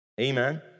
amen